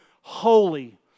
holy